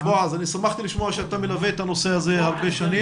שמחתי לשמוע שאתה מלווה את הנושא הזה הרבה שנים.